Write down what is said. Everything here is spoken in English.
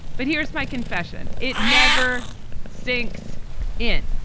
but here's my confession. it never sinks in,